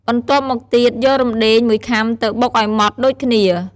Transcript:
បន្ទាប់មកទៀតយក រំដេង ១ខាំទៅបុកឱ្យម៉ដ្ដដូចគ្នា។